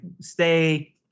stay